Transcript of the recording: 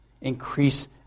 Increase